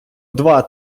два